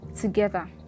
together